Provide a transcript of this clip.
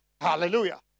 Hallelujah